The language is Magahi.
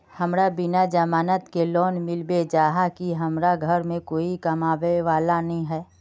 हमरा बिना जमानत के लोन मिलते चाँह की हमरा घर में कोई कमाबये वाला नय है?